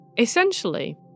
Essentially